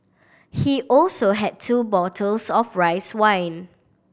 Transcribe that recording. he also had two bottles of rice wine